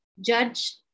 judge